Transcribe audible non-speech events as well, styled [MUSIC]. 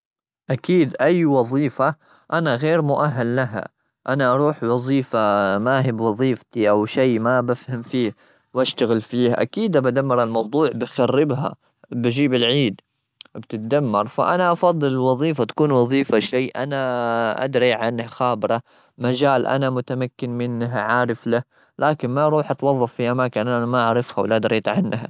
أكيد أي وظيفة أنا غير مؤهل لها. أنا أروح وظيفة ما هي بوظيفتي أو شيء ما بفهم فيه، وأشتغل فيه. أكيد أبي أدمر هالموضوع، بخربها، بجيب العيد، بتتدمر. فأنا أفضل الوظيفة تكون وظيفة شيء [NOISE] أنا [HESITATION] أدري عنه، خابره. مجال أنا متمكن منه، عارف له. لكن ما أروح أتوظف في أماكن أنا ما أعرفها ولا دريت عنها.